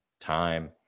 time